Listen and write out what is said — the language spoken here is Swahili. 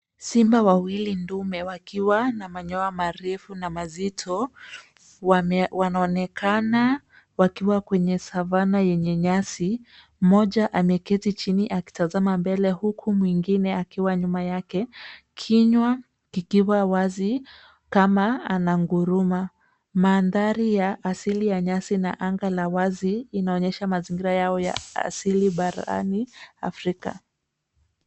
Simba wawili dume wenye manyoya maridadi na mazito wanaonekana katika savana yenye nyasi. Simba mmoja ameketi chini akitazama mbele kwa utulivu, huku mwingine akiwa nyuma yake, kinywa kikiwa wazi kana kwamba ananguruma. Mandhari ya nyasi na anga la wazi linaonyesha mazingira yao ya asili barani Afrika